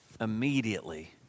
immediately